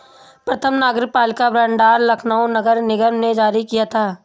प्रथम नगरपालिका बॉन्ड लखनऊ नगर निगम ने जारी किया था